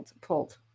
pulled